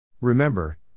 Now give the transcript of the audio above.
Remember